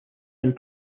and